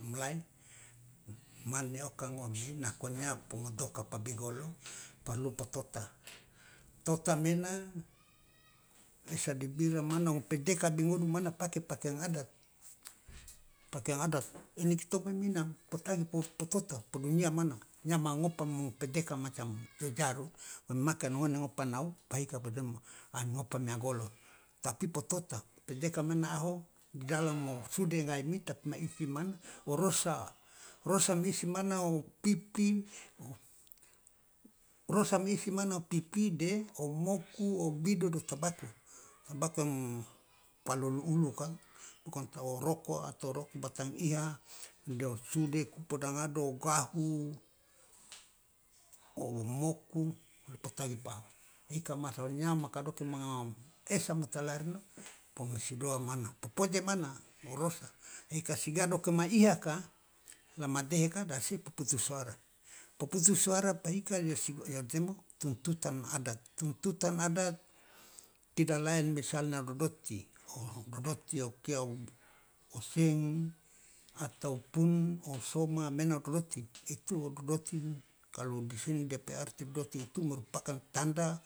Mulai man neoka ngomi nako nyawa po modoka pa bigolo parlu pa tota toa mena bisa di bilang ngopedeka bi ngodu pake pakeang adat ini kitong meminang potagi po tota po nyawa manga ngopa mang pedeka macam jojaru ngone ngopa nau pahika podemo an ngopa mia golo tapi potota pedeka man naaho di dalam o sude ngai mi tapi ma isi mana o rosa rosa ma isi mana o pipi rosa ma isi mana de moku o bido de o tabako tabako yang palolu ulu ka roko atau roko batang iha deo sudeku poda ngado ogahu o moku potagi pa aho hika nyawa maka doke manga esa matalari ino pomasidoa mana popoje mana o rosa hika sigado kama ihaka la madehe ka de ase po putus suara po putus suara pa hika de yo temo tuntutan adat tuntutan adat tidak lain misalnya dodoti o dodoti okia o seng ataupun o soma mena ododoti itu dodoti kalu di sini dia pe arti doti merupakan tanda